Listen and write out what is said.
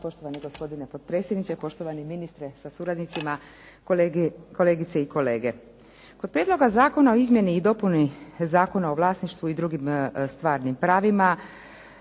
poštovani gospodine potpredsjedniče. Poštovani ministre sa suradnicima, kolegice i kolege. Kod prijedloga Zakona o izmjeni i dopuni Zakona o vlasništvu i drugim stvarnim pravima,